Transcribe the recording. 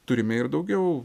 turime ir daugiau